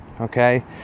okay